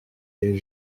les